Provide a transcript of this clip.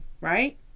right